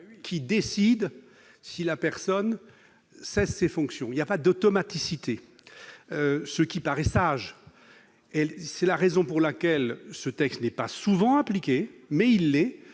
qui décide si la personne cesse ses fonctions il y a pas d'automaticité, ce qui paraît sage et c'est la raison pour laquelle ce texte n'est pas souvent appliquée mais il est,